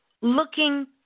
looking